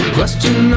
Question